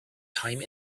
time